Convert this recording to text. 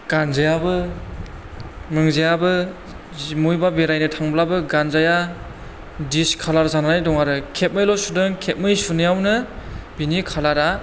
गानजायाबो मुजायाबो जि बबेहायबा बेरायनो थांब्लाबो गानजाया दिस कालार जानानै दङ आरो खेबनैल' सुदों खेबनै सुनायावनो बिनि खालारा